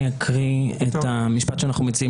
אני אקריא את המשפט שאנחנו מציעים